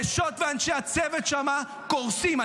נשות ואנשי הצוות שם קורסים.